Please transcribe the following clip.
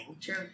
True